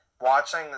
watching